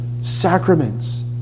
Sacraments